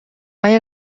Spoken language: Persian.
های